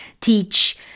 teach